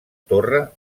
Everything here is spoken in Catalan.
torre